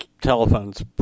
telephones